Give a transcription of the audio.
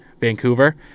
vancouver